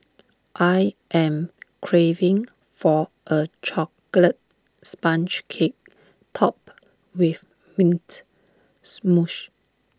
I am craving for A Chocolate Sponge Cake Topped with Mint Mousse